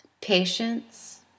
patience